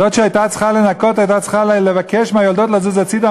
זאת שהייתה צריכה לנקות הייתה צריכה לבקש מהיולדות לזוז הצדה.